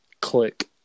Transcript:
click